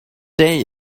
day